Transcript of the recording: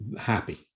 Happy